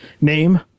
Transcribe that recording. Name